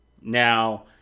now